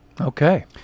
Okay